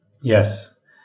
Yes